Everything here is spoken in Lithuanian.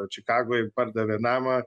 čikagoj pardavė namą